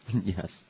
Yes